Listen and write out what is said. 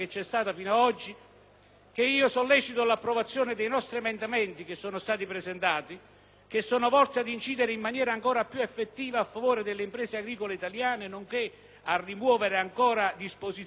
io sollecito l'approvazione degli emendamenti da noi presentati che sono volti ad incidere in maniera ancora più effettiva a favore delle imprese agricole italiane, nonché a rimuovere dal decreto-legge